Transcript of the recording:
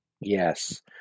yes